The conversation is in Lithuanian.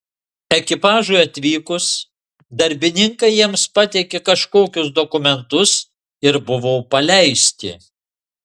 ekipažui atvykus darbininkai jiems pateikė kažkokius dokumentus ir buvo paleisti